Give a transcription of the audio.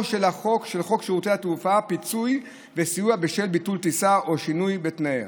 של חוק שירותי תעופה (פיצוי וסיוע בשל ביטול טיסה או שינוי בתנאיה)